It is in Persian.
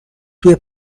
توی